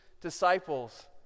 disciples